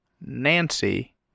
Nancy